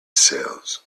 sails